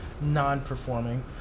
non-performing